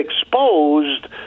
exposed